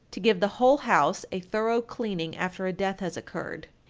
to give the whole house a thorough cleaning after a death has occurred,